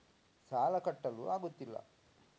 ಸಾಲ ಕಟ್ಟಲು ಆಗುತ್ತಿಲ್ಲ